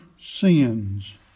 sins